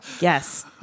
Yes